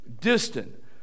distant